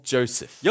Joseph